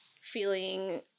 feeling